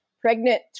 pregnant